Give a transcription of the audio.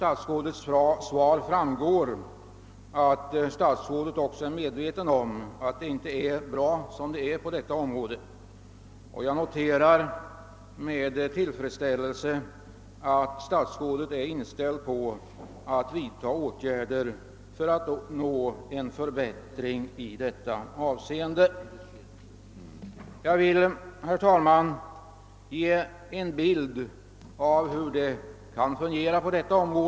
Det framgår också av svaret att statsrådet är medveten om att handläggningen nu inte är särskilt bra, och jag noterar med tillfredsställelse att kommunikationsministern är inställd på att vidta åtgärder för att åstadkomma en förbättring. Jag vill här försöka ge en bild av hur handläggningen av besvärsärenden rörande kommunala beslut ibland fungerar.